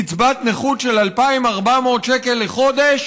קצבת נכות של 2,400 שקל לחודש